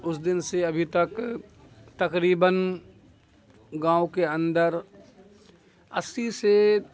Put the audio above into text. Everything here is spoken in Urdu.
اس دن سے ابھی تک تقریباً گاؤں کے اندر اسی سے